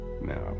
Now